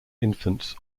infants